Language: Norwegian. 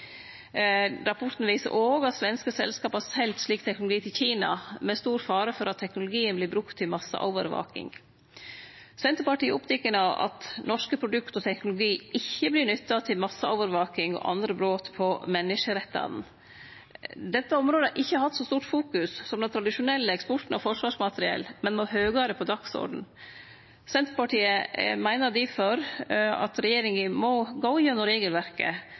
Rapporten viser òg at svenske selskap har selt slik teknologi til Kina med stor fare for at teknologien vert brukt til masseovervaking. Senterpartiet er oppteke av at norske produkt og teknologi ikkje vert nytta til masseovervaking og andre brot på menneskerettane. Dette området har ikkje vore så mykje fokusert på som den tradisjonelle eksporten av forsvarsmateriell, men må høgre på dagsordenen. Senterpartiet meiner difor at regjeringa må gå gjennom regelverket